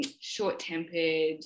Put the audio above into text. short-tempered